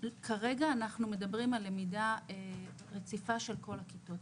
כרגע אנחנו מדברים על למידה רציפה של כל הכיתות,